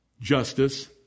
justice